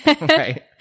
Right